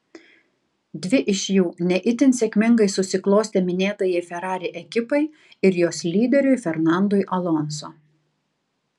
dvi iš jų ne itin sėkmingai susiklostė minėtajai ferrari ekipai ir jos lyderiui fernandui alonso